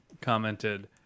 commented